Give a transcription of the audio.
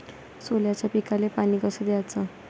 सोल्याच्या पिकाले पानी कस द्याचं?